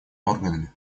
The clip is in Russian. органами